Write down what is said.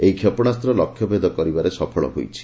ଏହି କ୍ଷେପଣାସ୍ତ୍ର ଲକ୍ଷ୍ୟ ଭେଦ କରିବାରେ ସଫଳ ହୋଇଛି